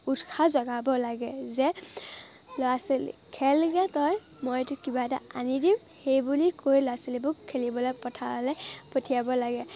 উৎসাহ জগাব লাগে যে ল'ৰা ছোৱালী খেলগৈ তই মইতো কিবা এটা আনি দিম সেই বুলি কৈ ল'ৰা ছোৱালীবোৰক খেলিবলৈ পথাৰলৈ পঠিয়াব লাগে